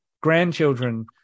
grandchildren